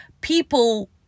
people